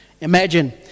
Imagine